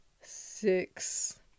six